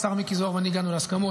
שהשר מיקי זוהר ואני הגענו להסכמות,